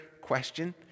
question